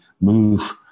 move